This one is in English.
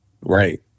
Right